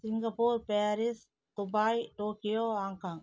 Singapore Paris Dubai Tokyo Hong Kong